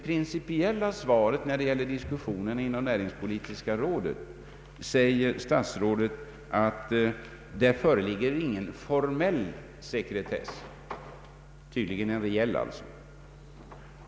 Principiellt säger statsrådet beträffande diskussionen inom näringspolitiska rådet att det inte föreligger någon formell sekretess. Tydligen föreligger däremot en reell sekretess.